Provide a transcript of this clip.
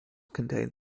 contain